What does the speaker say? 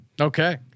Okay